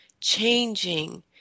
changing